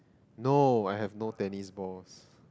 no I have no tennis balls